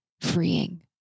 freeing